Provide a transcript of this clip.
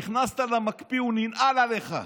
נכנסת למקפיא, הוא ננעל עליך.